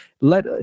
Let